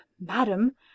Madam